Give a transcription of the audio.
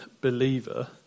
believer